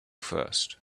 first